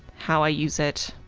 how i use it,